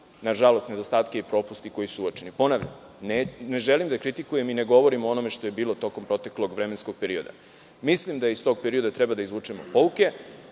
ispravljamo nedostatke i propuste koji su uočeni. Ponavljam, ne želim da kritikujem i ne govorim o onome što je bilo tokom proteklog vremenskog perioda. Mislim da iz tog perioda treba da izvučemo pouke,